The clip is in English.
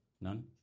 None